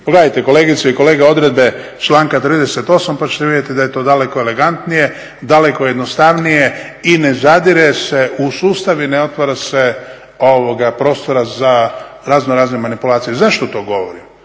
pogledajte kolegice i kolege odredbe članka 38. pa ćete vidjeti da je to daleko elegantnije, daleko jednostavnije i ne zadire se u sustav i ne otvara se prostora za razno razne manipulacije. Zašto to govorim?